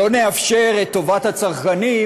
את טובת הצרכנים,